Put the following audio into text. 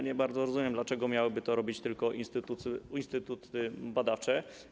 Nie bardzo rozumiem, dlaczego miałyby to robić tylko instytuty badawcze.